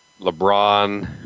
LeBron